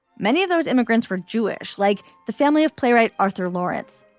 many of those immigrants were jewish, like the family of playwright arthur lawrence.